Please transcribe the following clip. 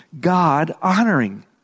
God-honoring